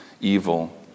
evil